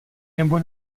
nebo